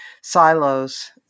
silos